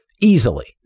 easily